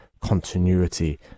continuity